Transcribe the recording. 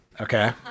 Okay